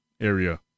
Area